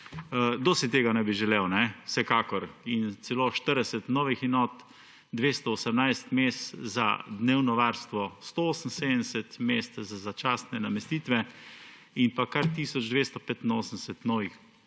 si tega ne bi želel? Vsekakor! In celo 40 novih enot, 218 mest za dnevno varstvo, 178 mest za začasne namestitve in kar tisoč 285 novih